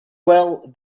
well